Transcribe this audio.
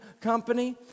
company